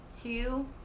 two